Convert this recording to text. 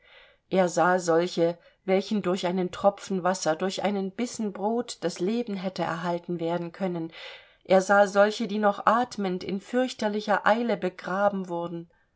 er sah solche welchen durch einen tropfen wasser durch einen bissen brod das leben hätte erhalten werden können er sah solche die noch atmend in fürchterlicher eile begraben wurden